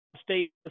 State